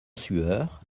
sueur